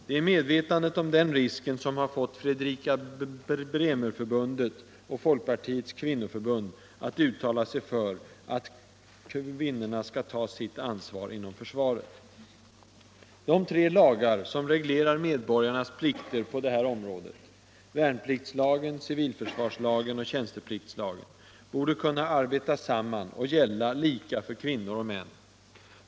Det är medvetandet om den risken som har fått Fredrika Bremer-förbundet och Folkpartiets kvinnoförbund att uttala sig för att kvinnorna skall ta sitt ansvar inom försvaret. De tre lagar som reglerar medborgarnas plikter på detta område — värnpliktslagen, civilförsvarslagen och tjänstepliktslagen — borde kunna arbetas samman och gälla lika för kvinnor och män.